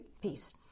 peace